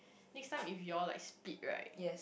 next time if you all like spilt right